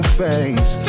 face